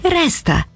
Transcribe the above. resta